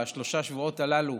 בשלושת השבועות הללו,